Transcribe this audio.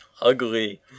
ugly